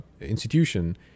institution